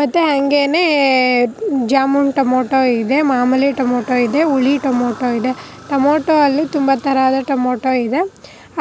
ಮತ್ತು ಹಂಗೇನೆ ಜಾಮೂನು ಟೊಮೋಟೊ ಇದೆ ಮಾಮೂಲಿ ಟೊಮೋಟೊ ಇದೆ ಹುಳಿ ಟೊಮೋಟೊ ಇದೆ ಟೊಮೋಟೊದಲ್ಲಿ ತುಂಬ ಥರದ ಟೊಮೋಟೊ ಇದೆ